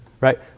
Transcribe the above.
Right